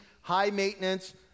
high-maintenance